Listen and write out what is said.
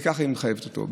וככה היא מחייבת אותו,